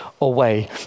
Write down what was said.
away